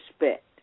respect